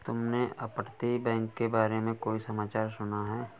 तुमने अपतटीय बैंक के बारे में कोई समाचार सुना है?